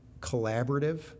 collaborative